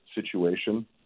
situation